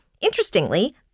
Interestingly